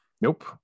nope